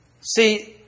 see